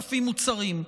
ה-3,000 מוצרים,